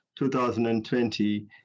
2020